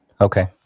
Okay